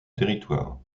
territoire